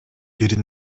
бир